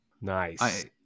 nice